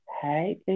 Hi